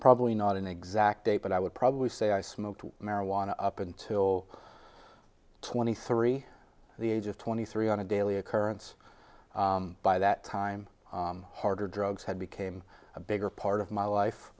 probably not an exact date but i would probably say i smoked marijuana up until twenty three the age of twenty three on a daily occurrence by that time harder drugs had became a bigger part of my